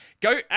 Go